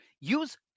Use